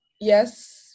yes